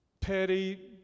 petty